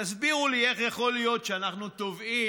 תסבירו לי איך יכול להיות שאנחנו תובעים